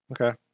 Okay